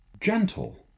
gentle